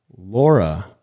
Laura